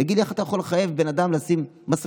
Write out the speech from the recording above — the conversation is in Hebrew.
תגיד לי, איך אתה יכול לחייב בן אדם לשים מסכה?